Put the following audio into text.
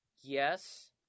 Yes